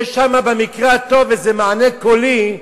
יש שם במקרה הטוב איזה מענה קולי,